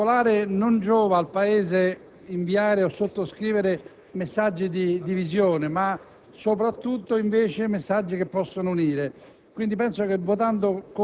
mantenendo le opinioni che i sottoscrittori hanno, accettare questo invito al ritiro, lasciando aperto l'argomento.